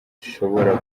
bashobora